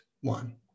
one